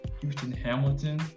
Houston-Hamilton